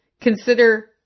consider